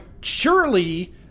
surely